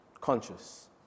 conscious